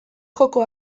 joko